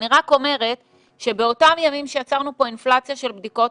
אני רק אומרת שבאותם ימים שיצרנו פה אינפלציה של בדיקות,